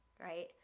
right